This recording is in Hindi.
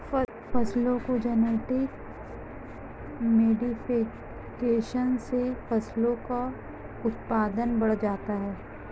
फसलों के जेनेटिक मोडिफिकेशन से फसलों का उत्पादन बढ़ जाता है